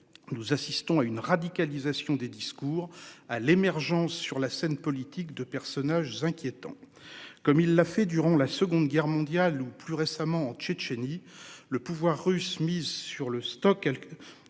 Nous assistons à une radicalisation des discours à l'émergence sur la scène politique de personnages inquiétants, comme il l'a fait durant la Seconde Guerre mondiale ou plus récemment en Tchétchénie. Le pouvoir russe mise sur le stock.